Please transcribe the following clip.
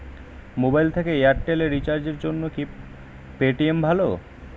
Mobile থেকে Airtel এ রিচার্জের জন্য কি পেটিএম ভালো?